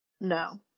no